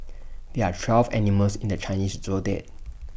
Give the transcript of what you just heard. there are twelve animals in the Chinese Zodiac